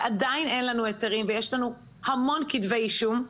עדיין יא לנו היתרים ויש לנו המון כתבי אישום.